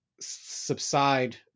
subside